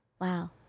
Wow